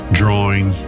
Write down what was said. drawing